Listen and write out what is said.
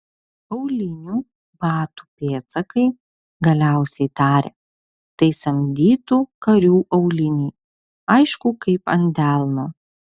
aulinių batų pėdsakai galiausiai tarė tai samdytų karių auliniai aišku kaip ant delno